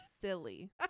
Silly